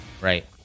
right